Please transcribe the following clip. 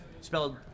spelled